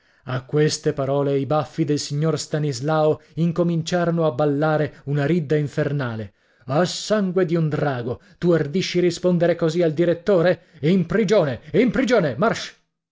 a queste parole i baffi del signor stanislao incominciarono a ballare una ridda infernale ah sangue di un drago tu ardisci rispondere così al direttore in prigione in prigione march